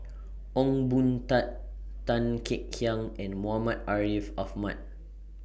Ong Boon Tat Tan Kek Hiang and Muhammad Ariff Ahmad